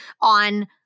on